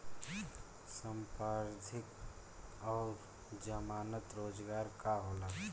संपार्श्विक और जमानत रोजगार का होला?